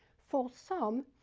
for some,